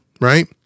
right